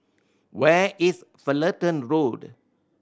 where is Fullerton Road